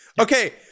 Okay